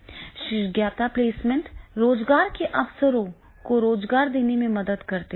विशेषज्ञता प्लेसमेंट रोजगार के अवसरों को रोजगार देने में मदद कर सकती है